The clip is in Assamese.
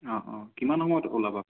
অঁ অঁ কিমান সময়ত ওলাব